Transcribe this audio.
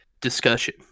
discussion